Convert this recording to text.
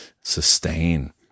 sustain